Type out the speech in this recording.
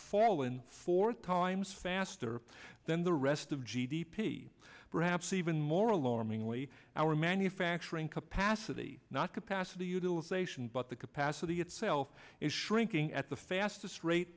fallen four times faster than the rest of g d p perhaps even more alarmingly our manufacturing capacity not capacity utilization but the capacity itself is shrinking at the fastest rate